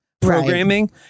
programming